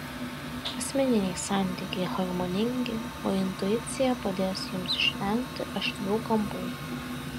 asmeniniai santykiai harmoningi o intuicija padės jums išvengti aštrių kampų